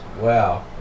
wow